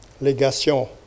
Legation